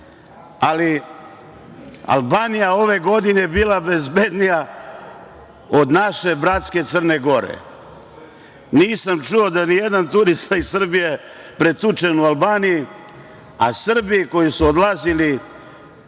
ali Albanija ove godine je bila bezbednija od naše bratske Crne Gore. Nisam čuo da nijedan turista iz Srbije pretučen u Albaniji, a Srbi koji su odlazili